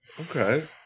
Okay